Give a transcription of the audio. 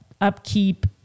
upkeep